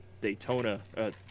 Daytona